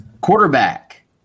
Quarterback